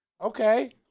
Okay